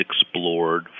explored